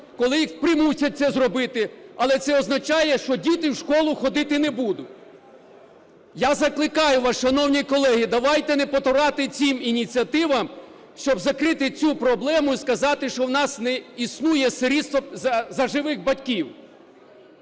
коли їх примусять це зробити, але це означає, що діти в школу ходити не будуть. Я закликаю вас, шановні колеги, давайте не потурати цим ініціативам, щоб закрити цю проблему і сказати, що у нас не існує сирітства за живих батьків.